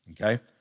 okay